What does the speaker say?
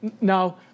now